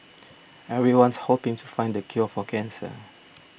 everyone's hoping to find the cure for cancer